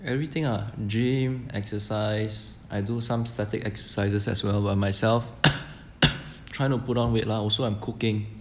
everything ah gym exercise I do some static exercises as well by myself trying to put on weight lah also I'm cooking